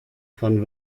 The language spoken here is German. von